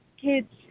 kids